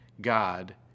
God